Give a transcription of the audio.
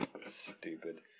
Stupid